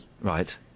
Right